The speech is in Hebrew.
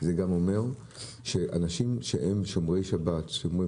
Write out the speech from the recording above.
זה גם אומר שאנשים שהם שומרי שבת שאומרים